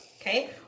okay